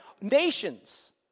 Nations